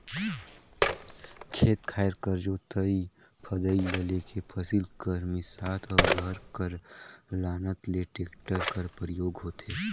खेत खाएर कर जोतई फदई ल लेके फसिल कर मिसात अउ घर कर लानत ले टेक्टर कर परियोग होथे